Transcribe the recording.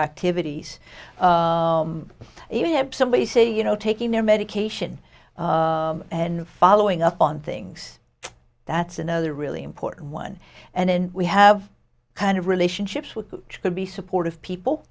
activities you have somebody say you know taking their medication and following up on things that's another really important one and then we have kind of relationships with could be supportive people